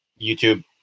youtube